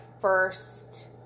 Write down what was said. first